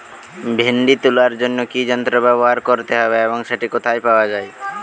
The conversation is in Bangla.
ভিন্ডি তোলার জন্য কি যন্ত্র ব্যবহার করতে হবে এবং সেটি কোথায় পাওয়া যায়?